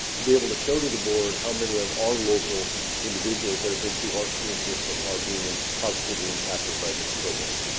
to be able to show to the board, how many of our local individuals that have been through our school system are being positively impacted by this program.